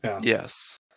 yes